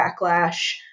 backlash